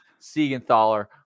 siegenthaler